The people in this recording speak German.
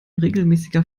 regelmäßiger